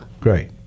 Great